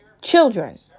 children